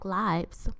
lives